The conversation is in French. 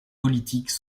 politiques